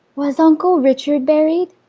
was uncle richard buried?